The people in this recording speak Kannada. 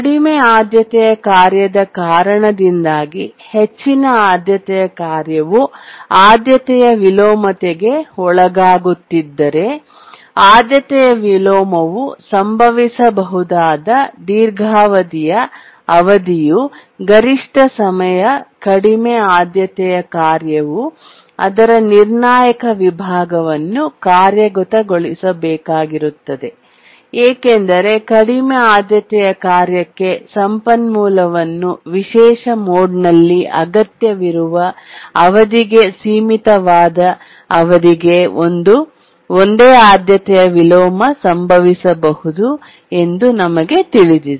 ಕಡಿಮೆ ಆದ್ಯತೆಯ ಕಾರ್ಯದ ಕಾರಣದಿಂದಾಗಿ ಹೆಚ್ಚಿನ ಆದ್ಯತೆಯ ಕಾರ್ಯವು ಆದ್ಯತೆಯ ವಿಲೋಮತೆಗೆ ಒಳಗಾಗುತ್ತಿದ್ದರೆ ಆದ್ಯತೆಯ ವಿಲೋಮವು ಸಂಭವಿಸಬಹುದಾದ ದೀರ್ಘಾವಧಿಯ ಅವಧಿಯು ಗರಿಷ್ಠ ಸಮಯ ಕಡಿಮೆ ಆದ್ಯತೆಯ ಕಾರ್ಯವು ಅದರ ನಿರ್ಣಾಯಕ ವಿಭಾಗವನ್ನು ಕಾರ್ಯಗತಗೊಳಿಸಬೇಕಾಗಿರುತ್ತದೆ ಏಕೆಂದರೆ ಕಡಿಮೆ ಆದ್ಯತೆಯ ಕಾರ್ಯಕ್ಕೆ ಸಂಪನ್ಮೂಲವನ್ನು ವಿಶೇಷ ಮೋಡ್ನಲ್ಲಿ ಅಗತ್ಯವಿರುವ ಅವಧಿಗೆ ಸೀಮಿತವಾದ ಅವಧಿಗೆ ಒಂದೇ ಆದ್ಯತೆಯ ವಿಲೋಮ ಸಂಭವಿಸಬಹುದು ಎಂದು ನಮಗೆ ತಿಳಿದಿದೆ